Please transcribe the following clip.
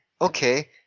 okay